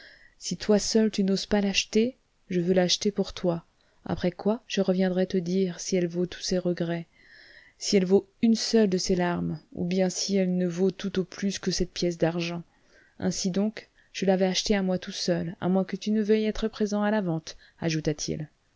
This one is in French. si toi seul tu n'oses pas l'acheter je veux l'acheter pour toi après quoi je reviendrai te dire si elle vaut tous ces regrets si elle vaut une seule de ces larmes ou bien si elle ne vaut tout au plus que cette pièce d'argent ainsi donc je la vais acheter à moi tout seul à moins que tu ne veuilles être présent à la vente ajouta-t-il